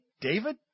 David